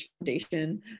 Foundation